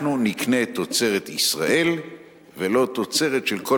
אנחנו נקנה תוצרת ישראל ולא תוצרת של כל